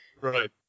Right